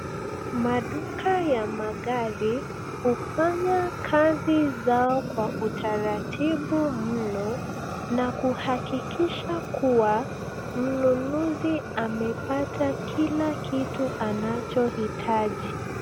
Maduka ya magari hufanya kazi zao kwa utaratibu mno, na kuhakikisha kuwa mnunuzi amepata kila kitu anachohitaji.